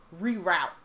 reroute